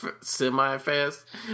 semi-fast